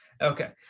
okay